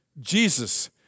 Jesus